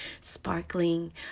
Sparkling